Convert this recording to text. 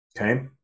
okay